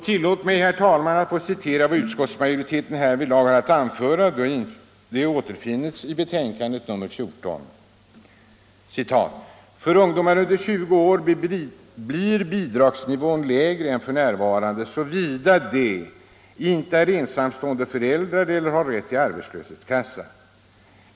Tillåt NNE; hen talman, Citera vat utskotts Tisdagen den majoriteten härvidlag har att anföra i betänkandet nr 14: ”För ungdomar 20 maj 1975 under 20 år blir bidragsnivån lägre än f. n. såvida de inte är ensamstående föräldrar eller har rätt till arbetslöshetskassa.